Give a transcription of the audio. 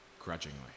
grudgingly